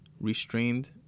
restrained